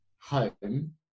home